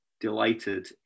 delighted